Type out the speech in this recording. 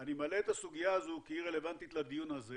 אני מעלה את הסוגיה הזו כי היא רלוונטית לדיון הזה.